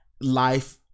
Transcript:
life